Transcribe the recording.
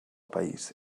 país